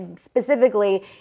Specifically